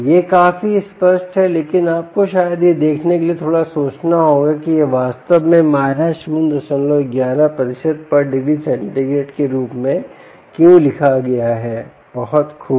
यह काफी स्पष्ट है लेकिन आपको शायद यह देखने के लिए थोड़ा सोचना होगा कि यह वास्तव में 011 ° C के रूप में क्यों लिखा गया है बहुत खुब